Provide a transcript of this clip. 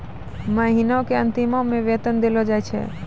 महिना के अंतिमो मे वेतन देलो जाय छै